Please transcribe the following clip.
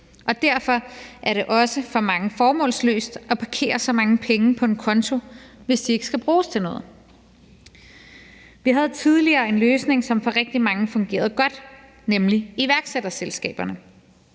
og derfor er det også for mange formålsløst at parkere så mange penge på en konto, hvis de ikke skal bruges til noget. Vi havde tidligere en løsning, som for rigtig mange fungerede godt, nemlig iværksætterselskaberne.